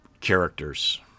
characters